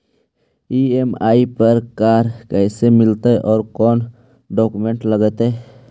EMI पर car कैसे मिलतै औ कोन डाउकमेंट लगतै?